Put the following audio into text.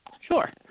Sure